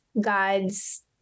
God's